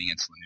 insulin